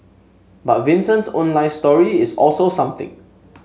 but Vincent's own life story is also something